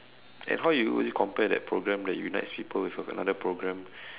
and how you you compare that program that unites people with another program